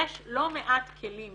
יש לא מעט כלים